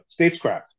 statescraft